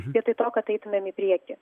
vietoj to kad eitumėm į priekį